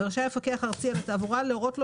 ורשאי המפקח הארצי על התעבורה להורות לו